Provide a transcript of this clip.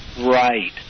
Right